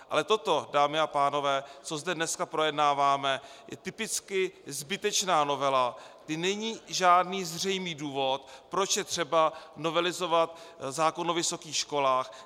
Ale toto, dámy a pánové, co zde dneska projednáváme, je typicky zbytečná novela, kdy není žádný zřejmý důvod, proč je třeba novelizovat zákon o vysokých školách.